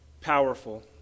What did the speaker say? powerful